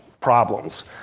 problems